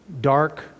dark